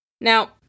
Now